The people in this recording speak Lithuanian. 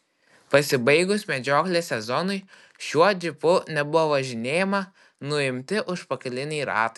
pasibaigus medžioklės sezonui šiuo džipu nebuvo važinėjama nuimti užpakaliniai ratai